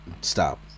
stop